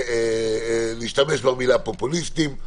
להשתמש במילה פופוליסטים.